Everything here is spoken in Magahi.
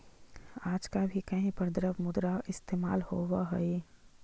का आज भी कहीं पर द्रव्य मुद्रा का इस्तेमाल होवअ हई?